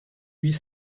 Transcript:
huit